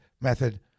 method